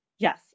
Yes